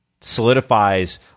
solidifies